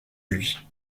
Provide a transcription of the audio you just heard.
lui